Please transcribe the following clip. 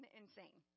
insane